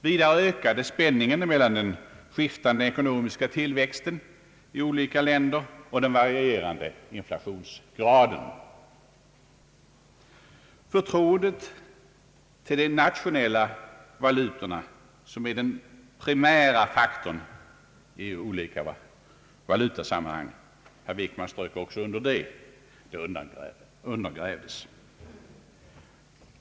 Vidare ökade spänningen mellan den skiftande ekonomiska tillväxten i olika länder och den varierande inflationsgraden. Förtroendet för de nationella valutorna, som är den primära faktorn i olika valutasammanhang — herr Wickman strök också under det — undergrävdes.